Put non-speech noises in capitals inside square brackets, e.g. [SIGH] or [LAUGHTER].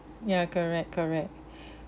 ya correct correct [BREATH]